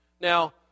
Now